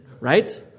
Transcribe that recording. right